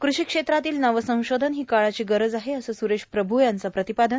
कृषी क्षेत्रातील नवसंशोधन हों काळाची गरज आहे असं सुरेश प्रभ् यांचं प्रीतपादन